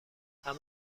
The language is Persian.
اما